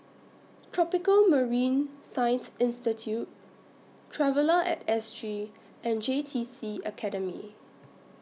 Tropical Marine Science Institute Traveller At S G and J T C Academy